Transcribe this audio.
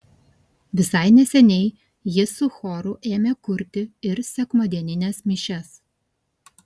visai neseniai jis su choru ėmė kurti ir sekmadienines mišias